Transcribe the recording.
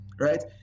right